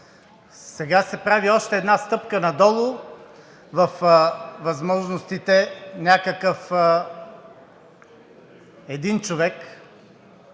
Сега се прави още една стъпка надолу във възможностите на един човек